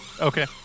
Okay